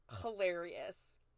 hilarious